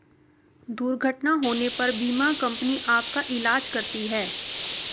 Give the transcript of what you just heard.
दुर्घटना होने पर बीमा कंपनी आपका ईलाज कराती है